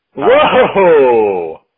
Whoa